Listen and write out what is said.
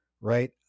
right